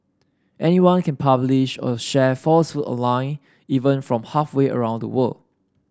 anyone can publish or share falsehood online even from halfway around the world